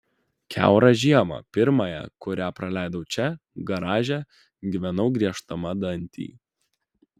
kiaurą žiemą pirmąją kurią praleidau čia garaže gyvenau grieždama dantį